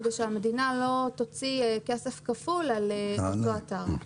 כדי שהמדינה לא תוציא כסף כפול על אותו אתר.